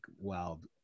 wild